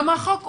גם החוק אומר,